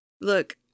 Look